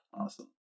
Awesome